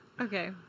Okay